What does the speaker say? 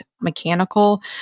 mechanical